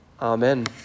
Amen